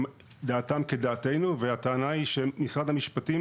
דעתם כדעתנו והטענה היא שמשרד המשפטים